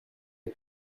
est